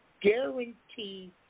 guarantee